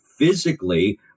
physically